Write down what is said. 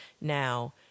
Now